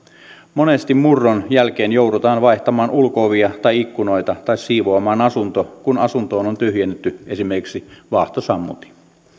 monesti murron jälkeen joudutaan vaihtamaan ulko ovia tai ikkunoita tai siivoamaan asunto kun asuntoon on tyhjennetty esimerkiksi vaahtosammutin